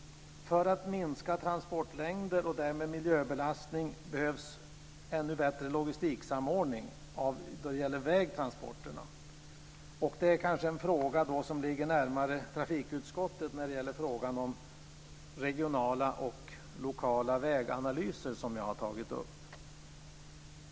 För att minska transportlängder och därmed miljöbelastning behövs ännu bättre logistiksamordning då det gäller vägtransporterna. Frågan om regionala och lokala väganalyser, som jag har tagit upp, kanske ligger närmare trafikutskottet.